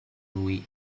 lui